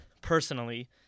personally